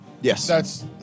Yes